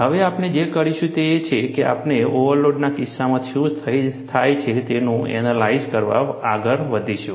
હવે આપણે જે કરીશું તે એ છે કે આપણે ઓવરલોડના કિસ્સામાં શું થાય છે તેનું એનાલાઇઝ કરવા આગળ વધીશું